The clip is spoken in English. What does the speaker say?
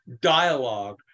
dialogue